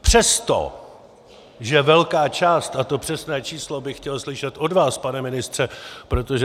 Přestože velká část a to přesné číslo bych chtěl slyšet od vás, pane ministře, protože